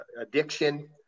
addiction